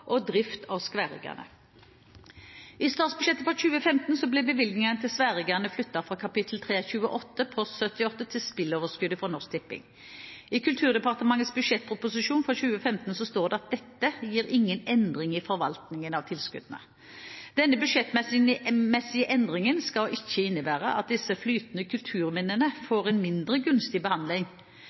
fra kap. 328, post 78 til spilleoverskuddet fra Norsk Tipping. I Kulturdepartementets budsjettproposisjonen for 2015 står det at dette gir ingen endring i forvaltningen av tilskuddene. Denne budsjettmessige endringen skal ikke innebære at disse flytende kulturminnene får en mindre gunstig behandling